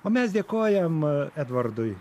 o mes dėkojam edvardui